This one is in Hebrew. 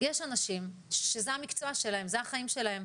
יש אנשים שזה המקצוע שלהם, אלה החיים שלהם.